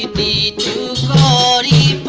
the body